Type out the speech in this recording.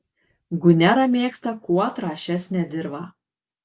gunera mėgsta kuo trąšesnę dirvą